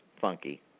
funky